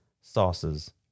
Sauces